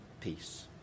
peace